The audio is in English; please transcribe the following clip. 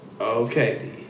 Okay